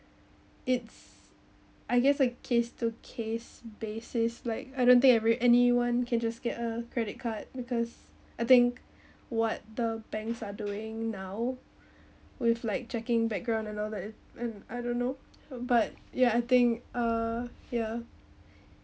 it's I guess like case to case basis like I don't think every anyone can just get a credit card because I think what the banks are doing now with like checking background and all that and I don't know but ya I think uh yeah